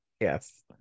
yes